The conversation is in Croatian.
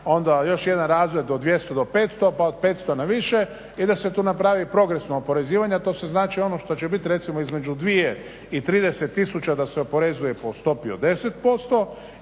onda još jedan razred od 200 do 500 pa od 500 na više i da se tu napravi progresno oporezivanje. A to se znači ono što će biti recimo između dvije i 30 tisuća da se oporezuje po stopi od 10%,